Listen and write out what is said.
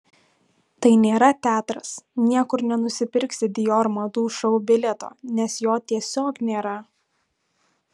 tai nėra teatras niekur nenusipirksi dior madų šou bilieto nes jo tiesiog nėra